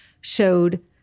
showed